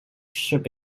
should